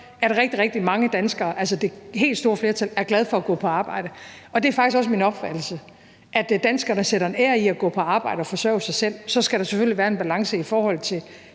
rigtig mange danskere, et stort flertal, er glade for at gå på arbejde. Det er faktisk også min opfattelse, altså at danskerne sætter en ære i at gå på arbejde og forsørge sig selv. Så skal der selvfølgelig være en balance i forhold til